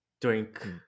drink